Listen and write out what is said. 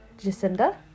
Jacinda